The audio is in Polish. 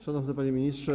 Szanowny Panie Ministrze!